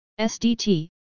SDT